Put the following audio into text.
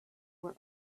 were